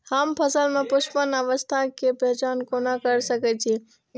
हम फसल में पुष्पन अवस्था के पहचान कोना कर सके छी?